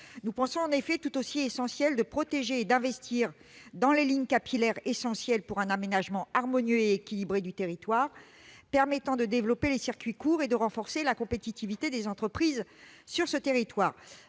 nous semble en effet tout aussi indispensable de protéger et d'investir dans les lignes capillaires, qui sont essentielles pour un aménagement harmonieux et équilibré du territoire. Elles permettent de développer les circuits courts et de renforcer la compétitivité des entreprises sur les territoires.